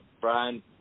Brian